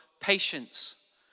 patience